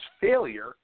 failure